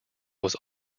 was